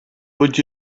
would